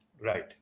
Right